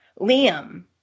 Liam